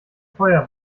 feuer